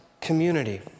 community